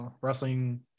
Wrestling